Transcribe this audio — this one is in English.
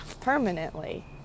permanently